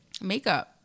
makeup